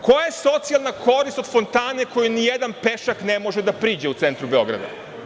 Koja je socijalna korist od fontane kojoj nijedan pešak ne može da priđe u centru Beograda?